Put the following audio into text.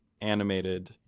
animated